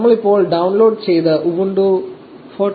നമ്മൾ ഇപ്പോൾ ഡൌൺലോഡ് ചെയ്ത ഉബുണ്ടു 14